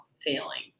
failing